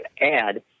add